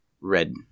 red